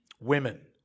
Women